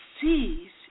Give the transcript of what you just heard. sees